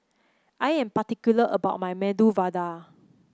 I am particular about my Medu Vada